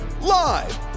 live